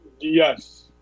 yes